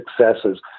successes